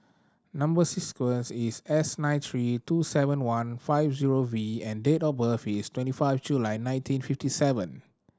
number is S nine three two seven one five zero V and date of birth is twenty five July nineteen fifty seven